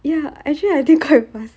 ya actually I think quite fast